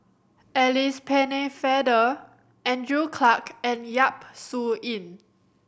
Alice Pennefather Andrew Clarke and Yap Su Yin